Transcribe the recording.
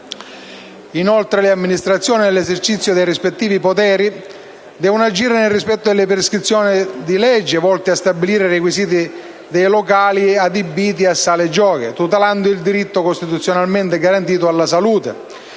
che le amministrazioni, nell'esercizio dei rispettivi poteri, devono agire nel rispetto delle prescrizioni di legge volte a stabilire i requisiti dei locali adibiti a sale giochi, tutelando il diritto costituzionalmente garantito alla salute,